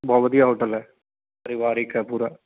ਬਹੁ ਵਧੀਆ ਹੋਟਲ ਹੈ ਪਰਿਵਾਰਿਕ ਹੈ ਪੂਰਾ